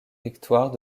victoires